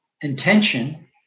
intention